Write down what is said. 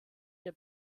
der